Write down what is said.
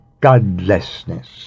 godlessness